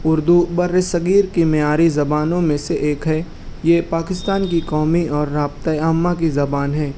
اردو برصغیر کی معیاری زبانوں میں سے ایک ہے یہ پاکستان کی قومی اور رابطہ عامہ کی زبان ہے